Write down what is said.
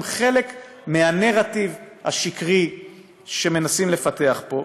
הם חלק מהנרטיב השקרי שמנסים לפתח פה,